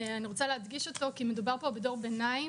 אני רוצה להדגיש אותו כי מדובר פה בדור ביניים